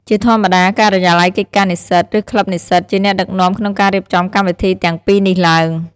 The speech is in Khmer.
ជាធម្មតា ការិយាល័យកិច្ចការនិស្សិត ឬក្លឹបនិស្សិតជាអ្នកដឹកនាំក្នុងការរៀបចំកម្មវិធីទាំងពីរនេះឡើង។